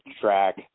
track